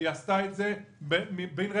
היא עשתה את זה בין רגע.